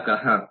ಗ್ರಾಹಕ ಹಾಂ